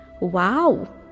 Wow